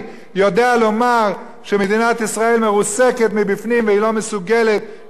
ישראל מרוסקת מבפנים והיא לא מסוגלת ואין לה כוח לעמוד מול אירן.